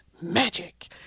magic